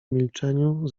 milczeniu